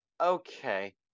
Okay